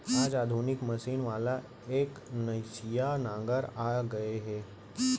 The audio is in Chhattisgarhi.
आज आधुनिक मसीन वाला एकनसिया नांगर आ गए हे